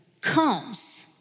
comes